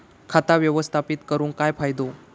खाता व्यवस्थापित करून काय फायदो?